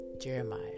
Jeremiah